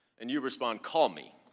and you respond call me.